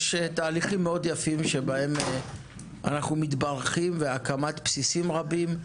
יש תהליכים יפים מאוד שבהם אנחנו מתברכים: הקמת בסיסים רבים,